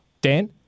Dan